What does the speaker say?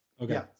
Okay